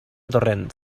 torrent